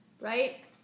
right